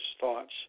thoughts